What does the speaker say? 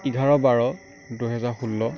এঘাৰ বাৰ দুহেজাৰ ষোল্ল